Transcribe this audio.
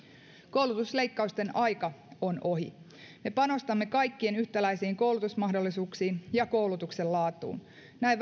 koulutusleikkausten aika on ohi me panostamme kaikkien yhtäläisiin koulutusmahdollisuuksiin ja koulutuksen laatuun näin